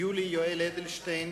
יולי יואל אדלשטיין,